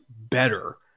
better